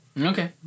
Okay